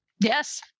Yes